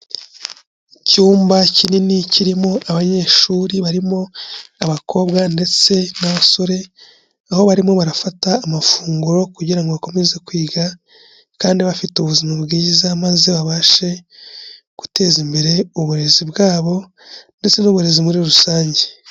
Icyumba kinini kirimo abanyeshuri barimo abakobwa ndetse n'abasore, aho barimo barafata amafunguro kugira ngo bakomeze kwiga kandi bafite ubuzima bwiza maze babashe guteza imbere uburezi bwabo ndetse n'uburezi muri rusange.